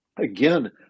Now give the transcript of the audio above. again